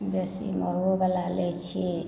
बेसी महगोवला लैत छियै